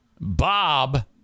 Bob